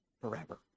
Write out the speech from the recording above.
forever